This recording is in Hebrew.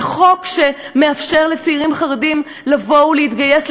זה חוק שמאפשר לצעירים חרדים לבוא ולהתגייס,